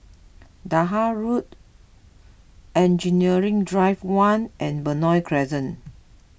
Dahan Road Engineering Drive one and Benoi Crescent